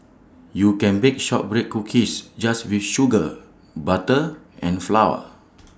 you can bake Shortbread Cookies just with sugar butter and flour